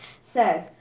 says